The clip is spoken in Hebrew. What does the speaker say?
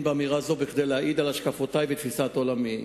באמירה זו כדי להעיד על השקפותי ותפיסת עולמי.